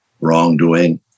wrongdoing